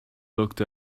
looked